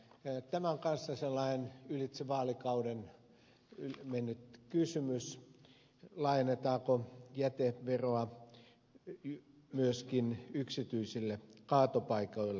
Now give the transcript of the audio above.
tämä on kanssa sellainen ylitse vaalikauden mennyt kysymys laajennetaanko jäteveroa myöskin yksityisille kaatopaikoille